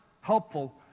helpful